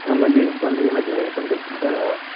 நம்ம jeans pant எனக்கு கொஞ்சம் ஃபிட்டாக